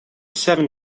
seven